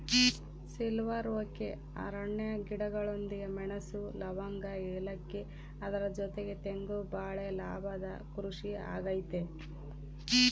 silver oak ಅರಣ್ಯ ಗಿಡಗಳೊಂದಿಗೆ ಮೆಣಸು, ಲವಂಗ, ಏಲಕ್ಕಿ ಅದರ ಜೊತೆಗೆ ತೆಂಗು ಬಾಳೆ ಲಾಭದ ಕೃಷಿ ಆಗೈತೆ